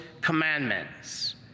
commandments